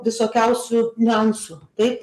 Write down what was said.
visokiausių niuansų taip